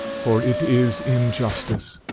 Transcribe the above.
for it is injustice.